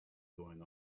going